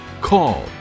call